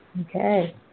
Okay